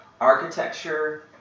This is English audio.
architecture